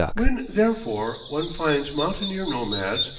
when, therefore, one finds mountaineer nomads,